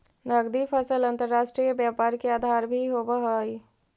नगदी फसल अंतर्राष्ट्रीय व्यापार के आधार भी होवऽ हइ